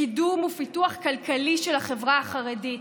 לקידום ופיתוח כלכלי של החברה החרדית.